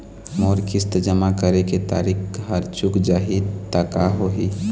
मोर किस्त जमा करे के तारीक हर चूक जाही ता का होही?